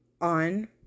on